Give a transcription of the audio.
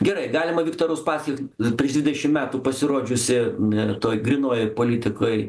gerai galima viktor uspaskich prieš dvidešim metų pasirodžiusį m toj grynojoj politikoj